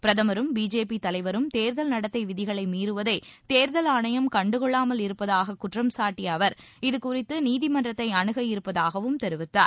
பிரதமரும் பிஜேபி தலைவரும் தேர்தல் நடத்தை விதிகளை மீறுவதை தேர்தல் ஆணையம் கண்டுகொள்ளாமல் இருப்பதாக குற்றம் சாட்டிய அவர் இதுகுறித்து நீதிமன்றத்தை அனுக இருப்பதாகவும் தெரிவித்தார்